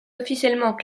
officiellement